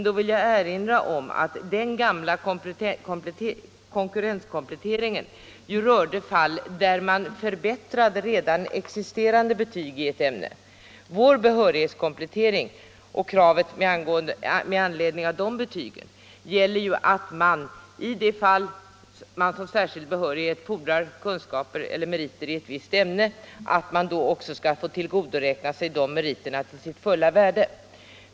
Då vill jag erinra om att den gamla konkurrenskompletteringen rörde fall där man förbättrade sina redan existerande betyg i ett ämne, medan vår behörighetskomplettering och kravet med anledning av de betygen gäller att man, i de fall då det för särskild behörighet fordras kunskaper eller meriter i ett visst ämne, också skall kunna tillgodoräkna sig de meriterna till deras fulla värde.